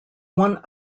one